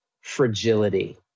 fragility